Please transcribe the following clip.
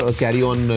carry-on